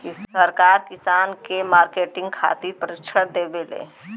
सरकार किसान के नेट मार्केटिंग खातिर प्रक्षिक्षण देबेले?